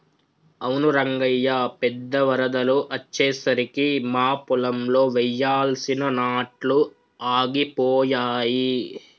అవును రంగయ్య పెద్ద వరదలు అచ్చెసరికి మా పొలంలో వెయ్యాల్సిన నాట్లు ఆగిపోయాయి